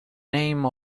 name